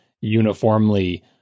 uniformly